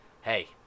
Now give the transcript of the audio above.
hey –